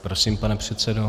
Prosím, pane předsedo.